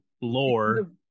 lore